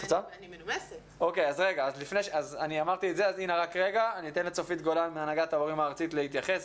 אז אני אתן לצופית גולן מהנהגת ההורים הארצית להתייחס,